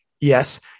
Yes